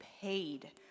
paid